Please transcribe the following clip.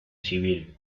civil